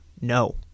No